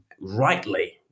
rightly